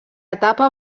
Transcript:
etapa